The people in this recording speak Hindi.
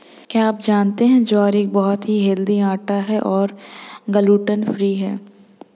क्या आप जानते है ज्वार एक बहुत ही हेल्दी आटा है और ग्लूटन फ्री है?